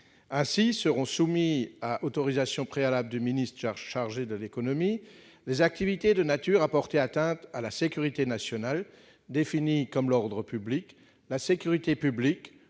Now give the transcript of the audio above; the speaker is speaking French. Ainsi, seront soumises à l'autorisation préalable du ministre chargé de l'économie les activités de nature à porter atteinte à la sécurité nationale, définie comme l'ordre public, la sécurité publique